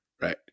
right